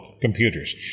computers